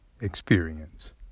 experience